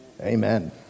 Amen